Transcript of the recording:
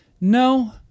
no